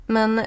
Men